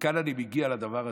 וכאן אני מגיע לדבר הזה.